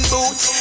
Boots